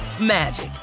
magic